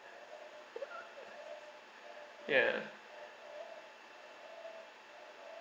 ya